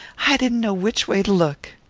i didn't know which way to look.